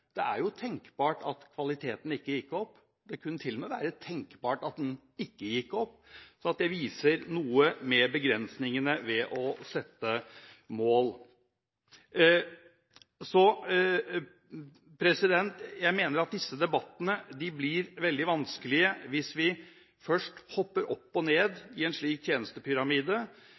Det er jo tenkbart at kvaliteten ikke gikk opp. Det kunne til og med være tenkbart at den ikke gikk opp. Det viser noen av begrensningene ved å sette mål. Jeg mener at disse debattene blir veldig vanskelige hvis vi først hopper opp og ned i en slik